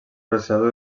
processador